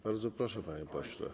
Bardzo proszę, panie pośle.